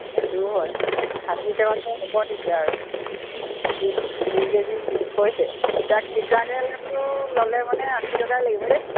সেইটোও হয় ষাঠি টকাকৈ হ'ব তেতিয়া আৰু দুই দুই কেজি হৈছে তাক তিতাকেৰেলাটো ল'লে মানে আশী টকাই লাগিব দেই